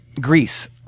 Greece